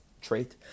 trait